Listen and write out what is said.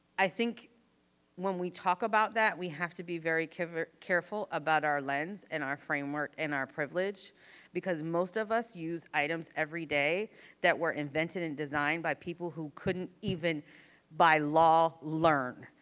i think when we talk about that, we have to be very careful about our lens and our framework and our privilege because most of us use items every day that were invented and designed by people who couldn't even by law learn.